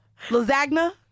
Lasagna